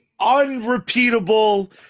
unrepeatable